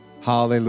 Hallelujah